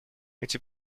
эти